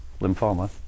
lymphoma